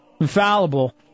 infallible